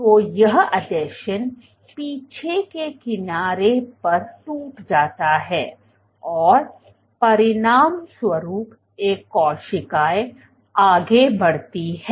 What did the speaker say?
तो यह आसंजन पीछे के किनारे पर टूट जाता है और परिणामस्वरूप एक कोशिका आगे बढ़ती है